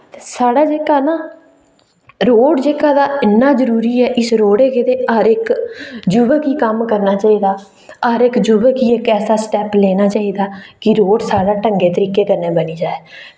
साढ़ा जेह्का ना रोड़ जेह्का तां इन्ना जरुरी ऐ इस रोड़ै गितै ते हर इक जुवक गी कम्म करना चाहिदा हर इक युवक गी ऐसा स्टैप्प लैना चाहिदा कि रोड़ साढ़ा ढंगे तरीके कन्नै बनी जाए